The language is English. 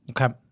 Okay